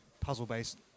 puzzle-based